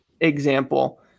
example